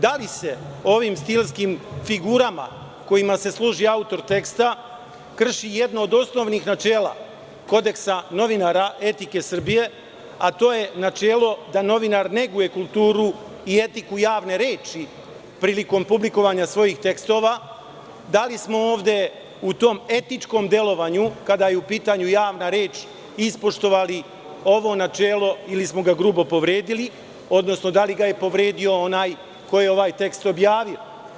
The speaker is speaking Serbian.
Da li se ovim stilskim figurama kojima se služi autor teksta, krši jedno od osnovnih načela kodeksa novinara etike Srbije, a to je načelo da novinar neguje kulturu i etiku javne reči, prilikom publikovanja svojih tekstova, da li smo ovde u tom etičkom delovanju, kada je u pitanju javna reč, ispoštovali ovo načelo, ili smo ga grubo povredili, odnosno da li ga je povredio onaj, koji je ovaj tekst objavio?